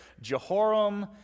Jehoram